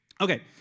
Okay